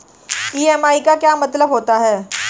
EMI का क्या मतलब होता है?